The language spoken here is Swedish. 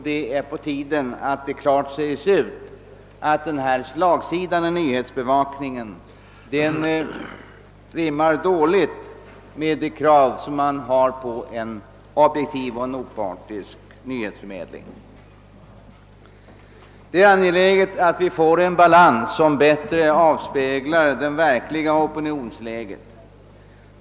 Det är på tiden att det sägs ut att denna slagsida rimmar dåligt med kraven på en opartisk nyhetsbevakning. Det är angeläget att få en balans som bättre avspeglar det verkliga opinionsläget.